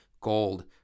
gold